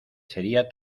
sería